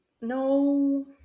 No